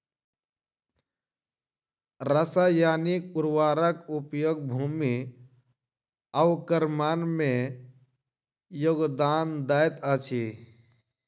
रासायनिक उर्वरक उपयोग भूमि अवक्रमण में योगदान दैत अछि